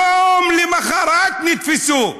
יום למוחרת, נתפסו.